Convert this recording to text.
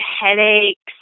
headaches